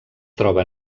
troba